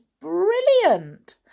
brilliant